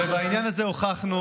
ובעניין הזה הוכחנו